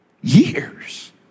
years